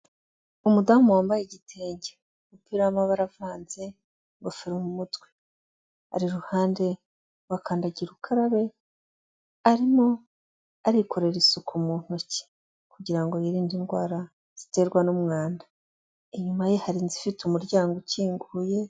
Umudamu wambaye igitenge, umupira wamabara avanze, n' ingofero mu mutwe. Ari iruhande rwa kandagira ukarabe arimo arikorera isuku mu ntoki kugirango yirinde indwara ziterwa n'umwanda. Inyuma ye hari inzu ifite umuryango ukinguye.